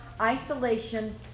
isolation